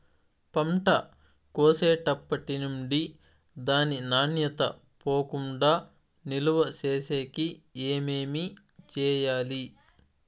పంట కోసేటప్పటినుండి దాని నాణ్యత పోకుండా నిలువ సేసేకి ఏమేమి చేయాలి?